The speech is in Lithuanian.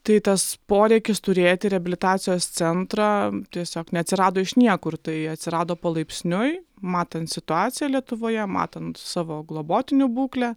tai tas poreikis turėti reabilitacijos centrą tiesiog neatsirado iš niekur tai atsirado palaipsniui matant situaciją lietuvoje matant savo globotinių būklę